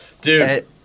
dude